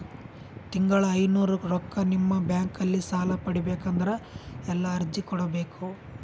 ತಿಂಗಳ ಐನೂರು ರೊಕ್ಕ ನಿಮ್ಮ ಬ್ಯಾಂಕ್ ಅಲ್ಲಿ ಸಾಲ ಪಡಿಬೇಕಂದರ ಎಲ್ಲ ಅರ್ಜಿ ಕೊಡಬೇಕು?